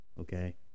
okay